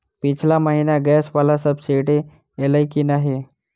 पिछला महीना गैस वला सब्सिडी ऐलई की नहि?